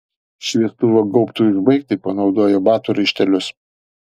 šviestuvo gaubtui užbaigti panaudojo batų raištelius